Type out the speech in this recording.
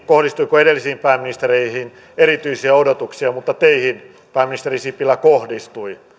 kohdistuiko edellisiin pääministereihin erityisiä odotuksia mutta teihin pääministeri sipilä kohdistui